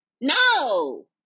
No